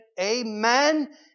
amen